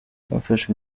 hafashwe